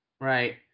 Right